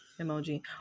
emoji